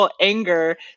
anger